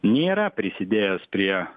nėra prisidėjęs prie